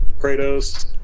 Kratos